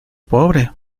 pobre